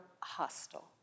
hostile